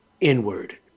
inward